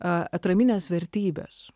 atramines vertybes